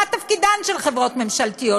מה תפקידן של חברות ממשלתיות?